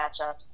matchups